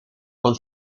con